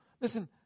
listen